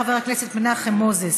חבר הכנסת מנחם מוזס,